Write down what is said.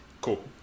Cool